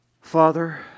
Father